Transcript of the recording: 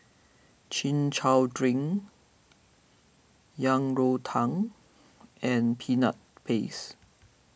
Chin Chow Drink Yang Rou Tang and Peanut Paste